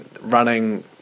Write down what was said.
running